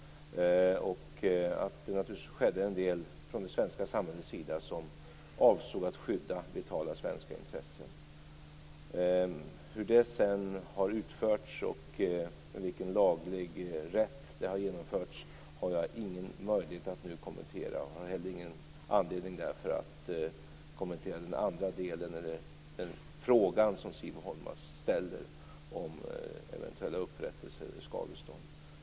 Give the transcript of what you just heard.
Det skedde naturligtvis en del från det svenska samhällets sida som avsåg att skydda vitala svenska intressen. Hur det sedan har utförts och med vilken laglig rätt det har genomförts har jag ingen möjlighet att nu kommentera. Jag har därför heller ingen anledning att kommentera den fråga som Siv Holma ställer om eventuell upprättelse eller skadestånd.